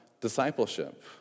discipleship